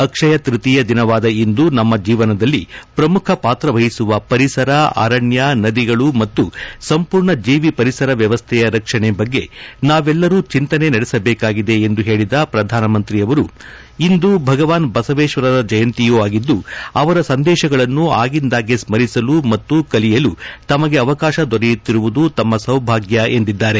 ಅಕ್ಷಯತೃತೀಯ ದಿನವಾದ ಇಂದು ನಮ್ಮ ಜೀವನದಲ್ಲಿ ಪ್ರಮುಖ ಪಾತ್ರ ವಹಿಸುವ ಪರಿಸರ ಅರಣ್ಯ ನದಿಗಳು ಮತ್ತು ಸಂಪೂರ್ಣ ಜೀವಿ ಪರಿಸರ ವ್ಯವಸ್ಥೆಯ ರಕ್ಷಣೆ ಬಗ್ಗೆ ನಾವೆಲ್ಲರೂ ಚಿಂತನೆ ನಡೆಸಬೇಕಾಗಿದೆ ಎಂದು ಹೇಳಿದ ಪ್ರಧಾನಮಂತ್ರಿಯವರು ಇಂದು ಭಗವಾನ್ ಬಸವೇಶ್ವರರ ಜಯಂತಿಯೂ ಆಗಿದ್ದು ಅವರ ಸಂದೇಶಗಳನ್ನು ಆಗಿಂದಾಗ್ಗೆ ಸ್ಥರಿಸಲು ಮತ್ತು ಕಲಿಯಲು ತಮಗೆ ಅವಕಾಶ ದೊರೆಯುತ್ತಿರುವುದು ತಮ್ಮ ಸೌಭಾಗ್ಯ ಎಂದಿದ್ದಾರೆ